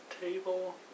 table